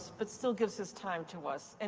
but still gives his time to us. and